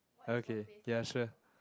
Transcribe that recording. uh okay ya sure